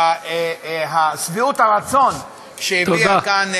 שביעות הרצון שהביע כאן,